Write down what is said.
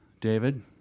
David